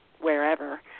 wherever